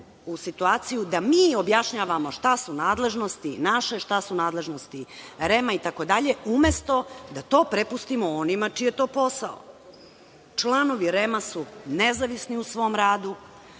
u situaciju da mi objašnjavamo šta su nadležnosti naše, šta su nadležnosti REM-a itd, umesto da to prepustimo onima čiji je to posao. Članovi REM-a su nezavisni u svom radu.